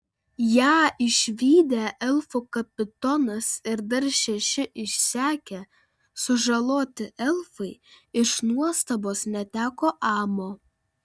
ją išvydę elfų kapitonas ir dar šeši išsekę sužaloti elfai iš nuostabos neteko amo